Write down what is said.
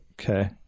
Okay